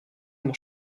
mon